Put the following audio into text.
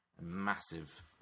Massive